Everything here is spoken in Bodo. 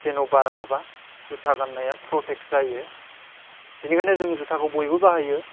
जेन' बार हाबा जुथा गान्नाया फ्रटेक जायो बिनिखायनो जों जुथाखौ बयबो बाहायो